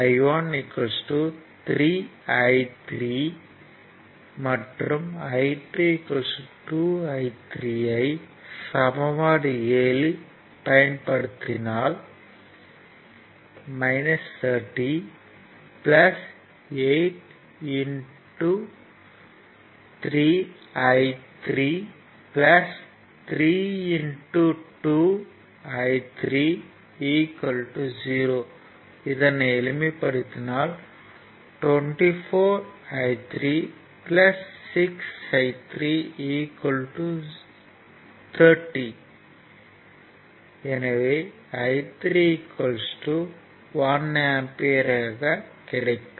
I1 3 I3 மற்றும் I2 2I3 ஐ சமன்பாடு 7 இல் பயன்படுத்தினால் 30 8 3 I3 32 I3 0 எளிமைப்படுத்தினால் 24 I3 6 I3 30 எனவே I3 1 ஆம்பியர் என கிடைக்கும்